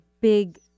big